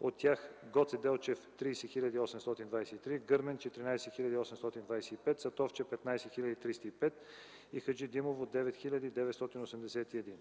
От тях: Гоце Делчев – 30 823, Гърмен – 14 825, Сатовча – 15 305, и Хаджидимово – 9981.